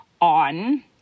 on